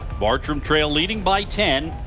bartram trail leading by ten.